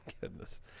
Goodness